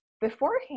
beforehand